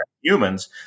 humans